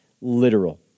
literal